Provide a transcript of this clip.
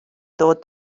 ddod